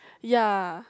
ya